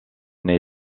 n’ai